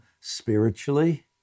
spiritually